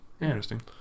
interesting